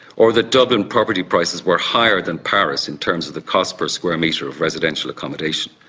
or that dublin property prices were higher than paris in terms of the cost per square metre of residential accommodation.